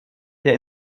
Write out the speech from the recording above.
der